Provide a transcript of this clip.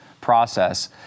process